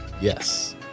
Yes